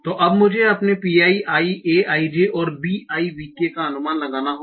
तो अब मुझे अपने pi i a i j और b i v k का अनुमान लगाना होगा